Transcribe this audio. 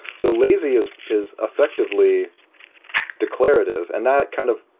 so lazy is is effectively declarative, and that kind of